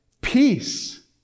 peace